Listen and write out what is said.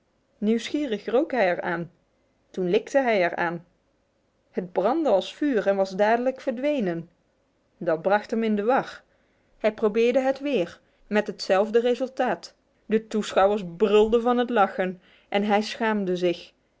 nieuwsgierig rook hij er aan toen likte hij er aan het brandde als vuur en was dadelijk verdwenen dat bracht hem in de war hij probeerde het weer met hetzelfde resultaat de toeschouwers brulden van het lachen en hij schaamde zich